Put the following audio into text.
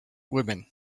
woman